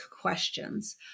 questions